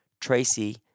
tracy